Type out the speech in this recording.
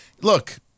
look